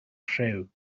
rhyw